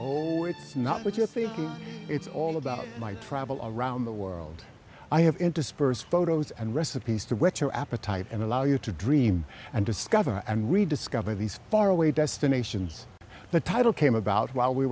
hole it's not what you're thinking it's all about my travel all around the world i have interspersed photos and recipes to whet your appetite and allow you to dream and discover and rediscover these far away destinations the title came about while we